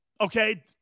Okay